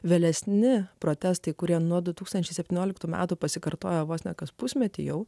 vėlesni protestai kurie nuo du tūkstančiai septynioliktų metų pasikartoja vos ne kas pusmetį jau